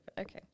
Okay